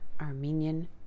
Armenian